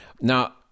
Now